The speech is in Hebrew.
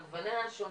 על גווניה השונים.